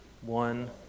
one